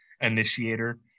initiator –